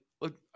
look